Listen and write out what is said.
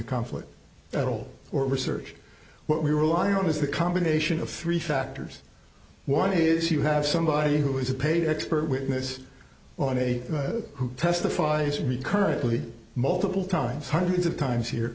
a conflict at all or research what we rely on is the combination of three factors one his you have somebody who is a paid expert witness on a who testifies recurrently multiple times hundreds of times here